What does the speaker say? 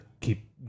keep